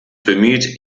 bemüht